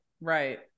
right